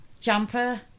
jumper